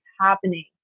happening